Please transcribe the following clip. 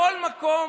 בכל מקום,